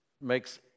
makes